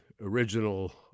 original